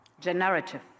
generative